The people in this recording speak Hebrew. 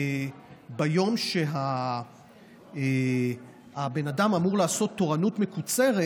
ביום שהבן אדם אמור לעשות תורנות מקוצרת,